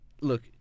Look